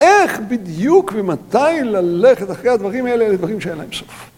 איך בדיוק ומתי ללכת אחרי הדברים האלה לדברים שאין להם סוף.